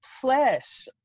flesh